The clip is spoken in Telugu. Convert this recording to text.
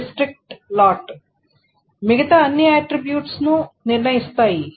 డిస్ట్రిక్ట్ లాట్ మిగతా అన్ని ఆట్రిబ్యూట్స్ ని నిర్ణయిస్తాయి